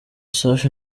safi